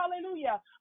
Hallelujah